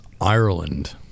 Ireland